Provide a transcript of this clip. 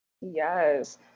Yes